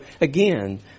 again